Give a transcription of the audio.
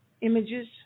images